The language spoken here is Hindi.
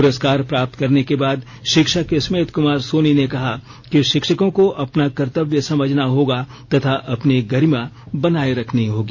पुरस्कार प्राप्त करने के बाद शिक्षक स्मिथ कुमार सोनी ने कहा कि शिक्षिको को अपना कर्तव्य समझना होगा तथा अपनी गरिमा बनाए रखनी होगी